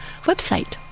website